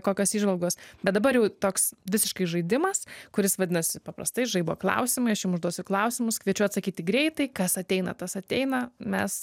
kokios įžvalgos bet dabar jau toks visiškai žaidimas kuris vadinasi paprastai žaibo klausimai aš jum užduosiu klausimus kviečiu atsakyti greitai kas ateina tas ateina mes